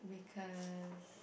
cause